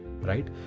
right